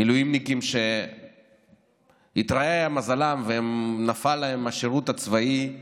מילואימניקים שאיתרע מזלם ונפל להם השירות הצבאי באמצע,